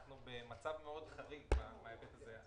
אנחנו במצב מאוד חריג בהיבט הזה.